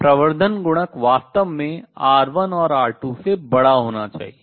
प्रवर्धन गुणक वास्तव में R1 और R2 से बड़ा होना चाहिए